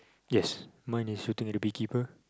yes mine is looking at the beekeeper